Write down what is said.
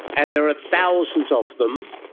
and there are thousands of them.